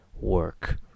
work